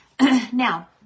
Now